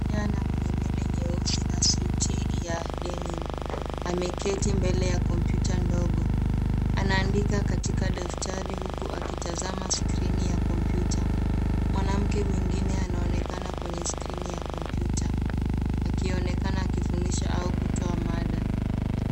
Kijana mwenye nywele nyeusi na suti ya denim ameketi mbele ya kompyuta ndogo. Anaandika katika daftari huku akitazama skrini ya kompyuta. Mwanamke mwingine anaonekana kwenye skrini ya kompyuta akionekana kufundisha au kutoa mada.